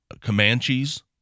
comanches